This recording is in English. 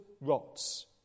rots